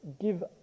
give